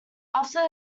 after